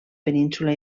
península